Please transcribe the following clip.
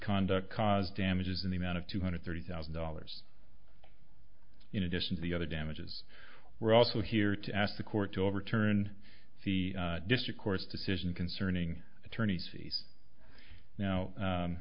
conduct caused damages in the amount of two hundred thirty thousand dollars in addition to the other damages were also here to ask the court to overturn the district court's decision concerning attorney's